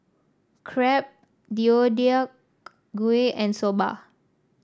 Crepe Deodeok Gui and Soba